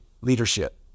leadership